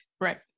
Right